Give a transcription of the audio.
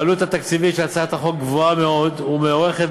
העלות התקציבית של הצעת החוק גבוהה מאוד ומוערכת